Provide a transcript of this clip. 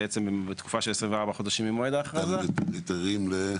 בעצם בתקופה של 24 חודשים ממועד ההכרזה --- זה היתרים למה?